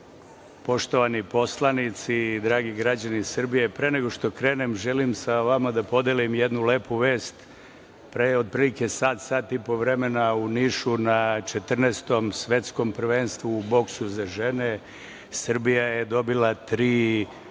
poštovani poslanici, dragi građani Srbije, pre nego što krenem, želim sa vama da podelim jednu lepu vest. Pre otprilike sat, sat i po vremena u Nišu na 14. Svetskom prvenstvu u boksu za žene Srbija je dobila tri